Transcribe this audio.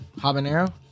Habanero